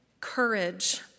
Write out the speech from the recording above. courage